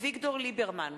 אביגדור ליברמן,